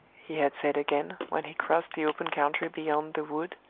he had said again, when he crossed the open country beyond the wood,